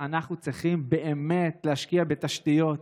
אנחנו צריכים באמת להשקיע בתשתיות,